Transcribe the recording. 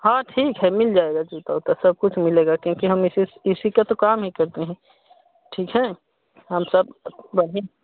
हाँ ठीक है मिल जाएगा जी जूता उता सब कुछ मिलेगा क्योंकि हम इसी इसी का तो काम ही करते हैं ठीक है हम सब बढ़ें